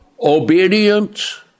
obedience